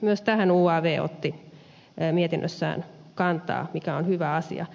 myös tähän uav otti mietinnössään kantaa mikä on hyvä asia